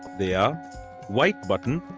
they are white button,